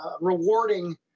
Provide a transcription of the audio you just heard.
rewarding